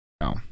No